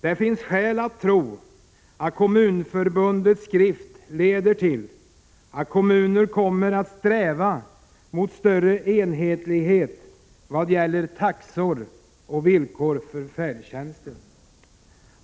Det finns skäl att tro att Kommunförbundets skrift leder till att kommunerna kommer att sträva mot en större enhetlighet vad gäller taxor och villkor för färdtjänsten.